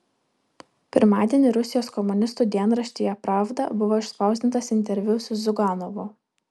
pirmadienį rusijos komunistų dienraštyje pravda buvo išspausdintas interviu su ziuganovu